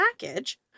package